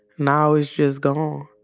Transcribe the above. now it's just gone.